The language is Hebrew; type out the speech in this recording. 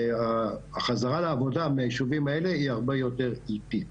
החזרה לעבודה בישובים האלה היא הרבה יותר איטית,